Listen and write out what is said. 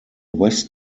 west